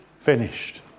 finished